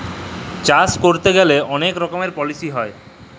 চাষ ক্যইরতে গ্যালে যে অলেক রকমের পলিছি হ্যয়